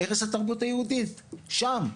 הרס התרבות היהודים שם.